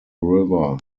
river